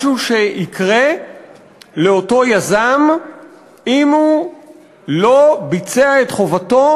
משהו שיקרה לאותו יזם אם הוא לא ביצע את חובתו